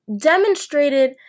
demonstrated